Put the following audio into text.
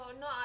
No